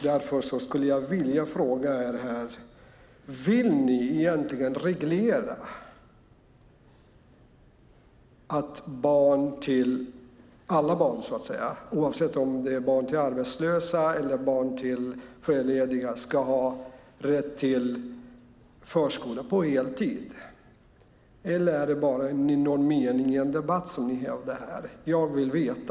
Därför frågar jag: Vill ni egentligen reglera att alla barn, oavsett om deras föräldrar är arbetslösa eller föräldralediga, ska ha rätt till förskola på heltid? Eller är ni bara något ni säger i debatten? Jag vill veta.